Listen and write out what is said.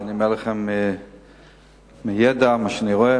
את זה אני אומר לכם מידע, ממה שאני רואה.